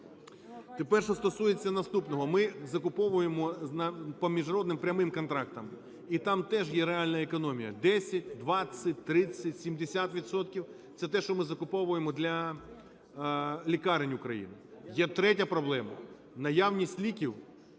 Тепер що стосується наступного. Ми закуповуємо по міжнародним прямим контрактам, і там теж є реальна економія: 10, 20, 30, 70 відсотків. Це те, що ми закуповуємо для лікарень України. Є третя проблема. Наявність ліків